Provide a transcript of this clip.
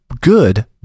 good